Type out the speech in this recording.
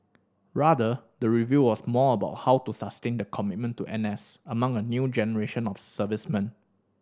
rather the review was more about how to sustain the commitment to N S among a new generation of servicemen